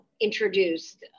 introduced